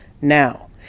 Now